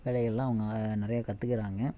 வேலைகள்லாம் அவங்க நிறைய கத்துக்கிறாங்க